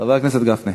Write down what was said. חבר הכנסת גפני.